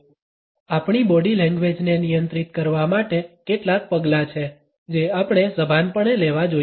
2349 આપણી બોડી લેંગ્વેજને નિયંત્રિત કરવા માટે કેટલાક પગલાં છે જે આપણે સભાનપણે લેવા જોઈએ